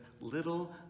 little